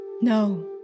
No